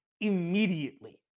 immediately